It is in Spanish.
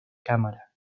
cámara